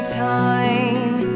time